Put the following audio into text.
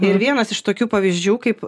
ir vienas iš tokių pavyzdžių kaip